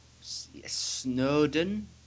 Snowden